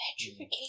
petrification